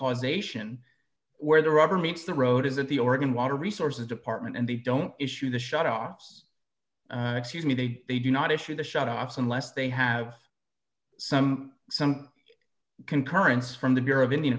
causation where the rubber meets the road is it the oregon water resources department and they don't issue the shutoffs excuse me they they do not issue the shutoffs unless they have some some concurrence from the bureau of indian